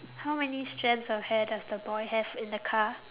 how many strands of hair does the boy have in the car